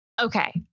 Okay